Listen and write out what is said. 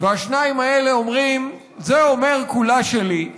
והשניים האלה אומרים: זה אומר כולה שלי,